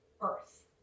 earth